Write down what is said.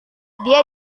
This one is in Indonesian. dia